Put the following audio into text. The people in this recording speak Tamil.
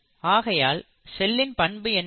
ஆகையால் செல்களின் பண்பு என்ன